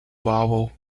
vowel